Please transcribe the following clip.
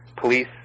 police